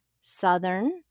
southern